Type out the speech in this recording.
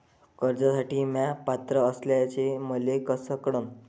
कर्जसाठी म्या पात्र असल्याचे मले कस कळन?